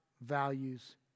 values